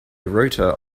rotor